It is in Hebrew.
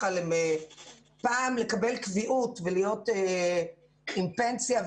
פעם לקבל קביעות ולהיות עם פנסיה,